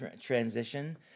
transition